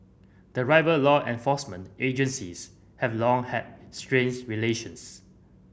the rival law enforcement agencies have long had strains relations